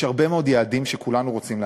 יש הרבה מאוד יעדים שכולנו רוצים להשיג,